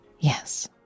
Yes